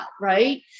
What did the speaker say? right